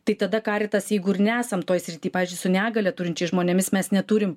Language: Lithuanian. tai tada karitas jeigu ir nesam toj srity pavyzdžiui su negalią turinčiais žmonėmis mes neturim